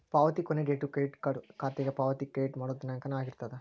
ಪಾವತಿ ಕೊನಿ date credit card ಖಾತೆಗೆ ಪಾವತಿ ಕ್ರೆಡಿಟ್ ಮಾಡೋ ದಿನಾಂಕನ ಆಗಿರ್ತದ